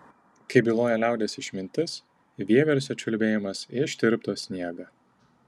kaip byloja liaudies išmintis vieversio čiulbėjimas ištirpdo sniegą